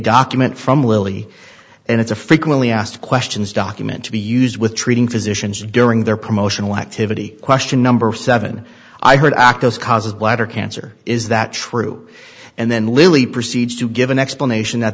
document from lilly and it's a frequently asked questions document to be used with treating physicians during their promotional activity question number seven i heard actos causes bladder cancer is that true and then lilly proceeds to give an explanation that